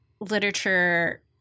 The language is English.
literature